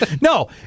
No